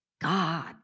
God